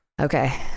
Okay